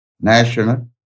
National